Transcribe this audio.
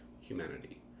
humanity